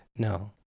No